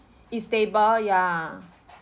is stable ya